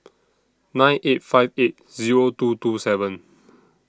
nine eight five eight Zero two two seven